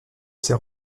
ses